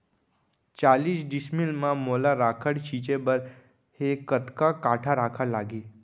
चालीस डिसमिल म मोला राखड़ छिंचे बर हे कतका काठा राखड़ लागही?